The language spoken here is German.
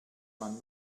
man